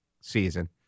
season